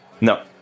No